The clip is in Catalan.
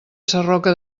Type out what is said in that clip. sarroca